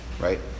right